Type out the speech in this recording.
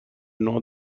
know